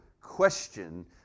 question